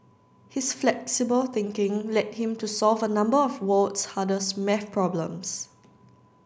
his flexible thinking led him to solve a number of world's hardest maths problems